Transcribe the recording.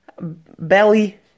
belly